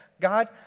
God